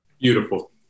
Beautiful